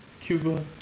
Cuba